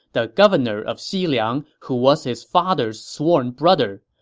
the governor of xiliang who was his father's sworn brother,